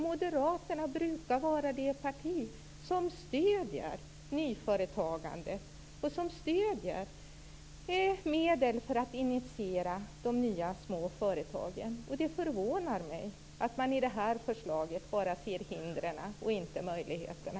Moderaterna brukar vara det parti som stöder nyföretagandet och som stöder medel för att initiera de nya små företagen. Det förvånar mig att de i fråga om detta förslag ser bara hindren och inte möjligheterna.